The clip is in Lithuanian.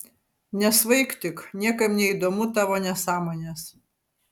nesvaik tik niekam neįdomu tavo nesąmonės